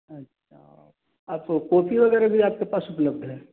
अच्छा आपको कोपी वगैरह भी आपके पास उपलब्ध है